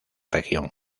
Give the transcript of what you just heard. región